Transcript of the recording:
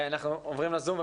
אנחנו עוברים לזום.